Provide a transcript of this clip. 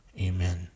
Amen